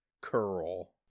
curl